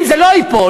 אם זה לא ייפול,